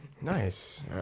Nice